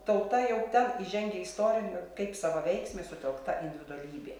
tauta jau ten įžengia istorinio kaip savaveiksmė sutelkta individualybė